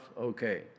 Okay